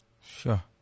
Sure